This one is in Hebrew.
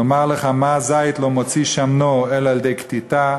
לומר לך מה הזית לא מוציא שמנו אלא על-ידי כתיתה,